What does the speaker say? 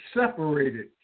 separated